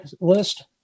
list